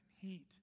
heat